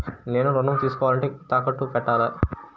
నేను ఋణం తీసుకోవాలంటే తాకట్టు పెట్టాలా?